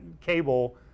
cable